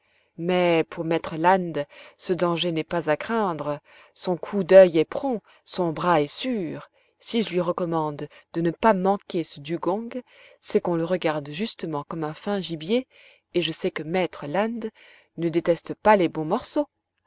mais pour maître land ce danger n'est pas à craindre son coup d'oeil est prompt son bras est sûr si je lui recommande de ne pas manquer ce dugong c'est qu'on le regarde justement comme un fin gibier et je sais que maître land ne déteste pas les bons morceaux